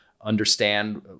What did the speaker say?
understand